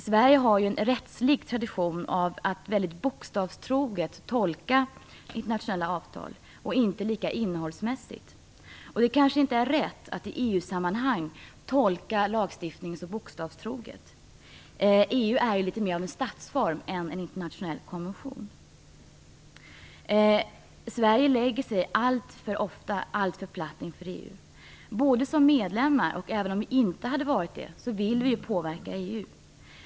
Sverige har en rättslig tradition av att bokstavstroget tolka internationella avtal, och inte lika innehållsmässigt. Det kanske inte är rätt att i EU-sammanhang tolka lagstiftningen så bokstavstroget. EU är ju mer av en statsform än av en internationell konvention. Sverige lägger sig alltför ofta alltför platt inför EU. Som medlemmar, och även om vi inte hade varit det, vill vi ju påverka EU.